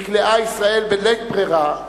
נקלעה ישראל בלית ברירה,